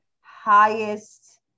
highest